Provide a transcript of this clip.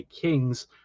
Kings